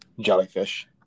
Jellyfish